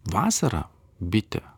vasarą bitė